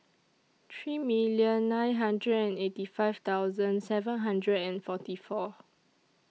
three million nine hundred and eighty five thousand seven hundred and forty four